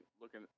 looking